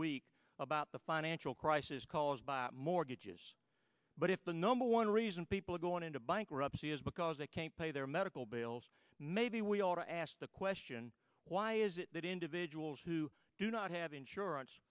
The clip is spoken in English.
week about the financial crisis caused by mortgages but if the number one reason people are going into bankruptcy is because they can't pay their medical bills maybe we ought to ask the question why is it that individuals who do not have insurance